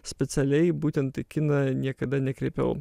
specialiai būtent į kiną niekada nekreipiau